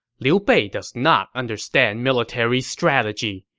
liu bei does not understand military strategy.